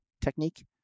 technique